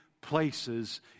places